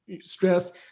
stress